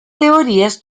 teorías